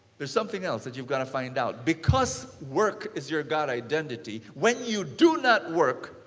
there's something else that you've got to find out. because work is your god identity. when you do not work,